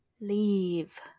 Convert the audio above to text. leave